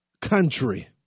country